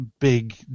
Big